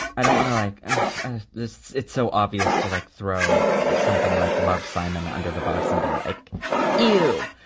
i don't want to like this. it's so obvious to like throw something like love simon under the bus and be like you.